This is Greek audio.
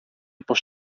πως